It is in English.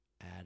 add